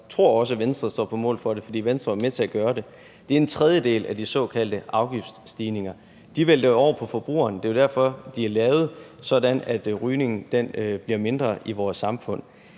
jeg tror også, at Venstre står på mål for det, for Venstre var med til at gøre det. Det er en tredjedel af de såkaldte afgiftsstigninger. De er væltet over på forbrugeren – det er jo derfor, de er lavet – sådan at omfanget af rygning bliver mindre i vores samfund.